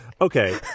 okay